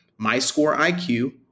MyScoreIQ